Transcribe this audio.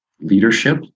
leadership